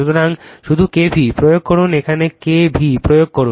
সুতরাং শুধু K v l প্রয়োগ করুন এখানে K v l প্রয়োগ করুন